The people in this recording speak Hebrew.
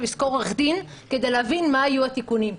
ישכור עורך דין כדי להבין מה יהיו התיקונים.